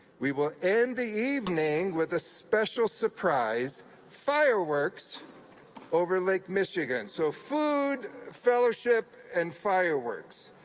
we will end the evening with a special surprise fireworks over lake michigan! so food, fellowship and fireworks.